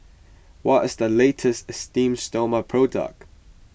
what is the latest Esteem Stoma product